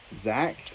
Zach